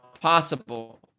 possible